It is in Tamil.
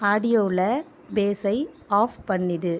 ஆடியோவில் பேஸை ஆஃப் பண்ணிவிடு